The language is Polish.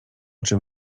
czym